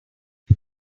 six